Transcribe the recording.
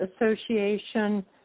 Association